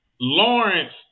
Lawrence